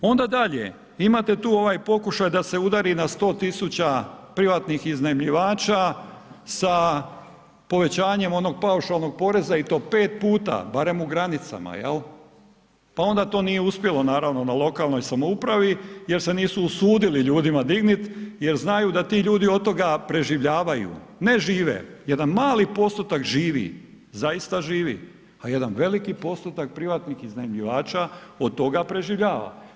Onda dalje, imate tu ovaj pokušaj da se udari na 100.000 privatnih iznajmljivača sa povećanjem onog paušalnog poreza i to pet puta, barem u granicama jel, pa onda to nije uspjelo naravno na lokalnoj samoupravi jer se nisu usudili ljudima dignit jel, znaju da ti ljudi od toga preživljavaju ne žive, jedan mali postotak živi, zaista živi a jedan veliki postotak privatnih iznajmljivača od toga preživljava.